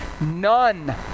None